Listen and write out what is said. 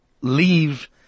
leave